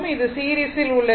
இது சீரிஸில் உள்ளது